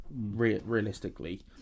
realistically